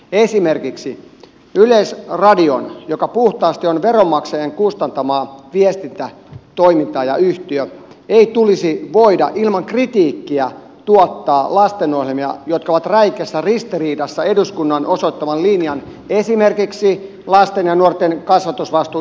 esimerkiksi yleisradion joka puhtaasti on veronmaksajien kustantamaa viestintätoimintaa ja yhtiö ei tulisi voida ilman kritiikkiä tuottaa lastenohjelmia jotka ovat räikeässä ristiriidassa eduskunnan osoittaman linjan esimerkiksi lasten ja nuorten kasvatusvastuun ja suojelun kanssa